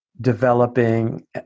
developing